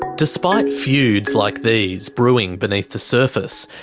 despite feuds like these brewing beneath the surface,